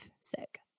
sick